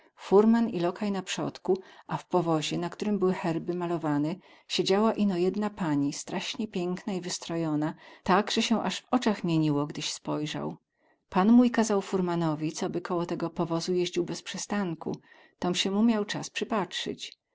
furman i lokaj na przodku a w powozie na ktorym były herby malowane siedziała ino jedna pani straśnie piekna i wystrojona tak ze sie az w ocach mieniło gdyś spojrzał pan mój kazał furmanowi coby koło tego powozu jeździł bez przestanku tom sie mu miał cas przypatrzyć